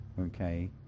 Okay